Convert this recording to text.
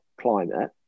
climate